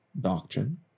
doctrine